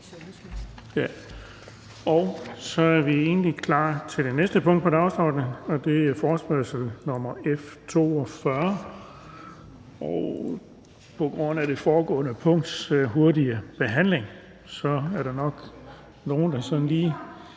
Så er vi egentlig klar til det næste punkt på dagsordenen, men på grund af det forrige punkts hurtige behandling er der nok nogle, der er